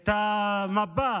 את המפה